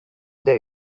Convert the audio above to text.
dare